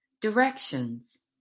Directions